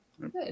good